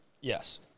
Yes